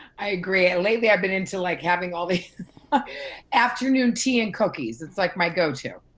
i agree. and lately i've been into like having all these afternoon tea and cookies, it's like my go-to.